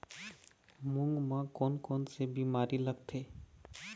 मूंग म कोन कोन से बीमारी लगथे?